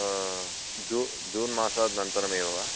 जु जून्मासात् नन्तरमेव वा